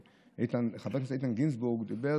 חבר הכנסת איתן גינזבורג דיבר,